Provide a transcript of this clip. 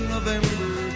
November